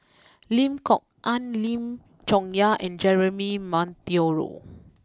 Lim Kok Ann Lim Chong Yah and Jeremy Monteiro